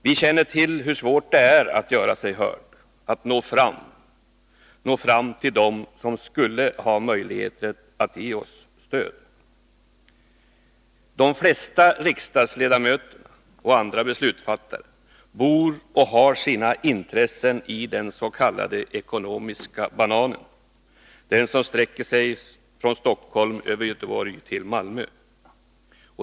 Vi känner till hur svårt det är att göra sig hörd, att nå fram — nå fram till dem som skulle ha möjligheter att ge oss stöd. De flesta riksdagsledamöterna och andra beslutsfattare bor och har sina intressen i den s.k. ekonomiska bananen — den som sträcker sig från Stockholm över Göteborg till Malmö.